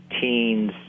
teens